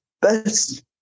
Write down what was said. best